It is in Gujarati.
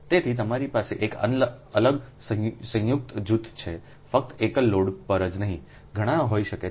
તેથી તમારી પાસે એક અલગ સંયુક્ત જૂથ છે ફક્ત એકલ લોડ પર જ નહીં ઘણા હોઈ શકે છે